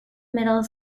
middle